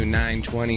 920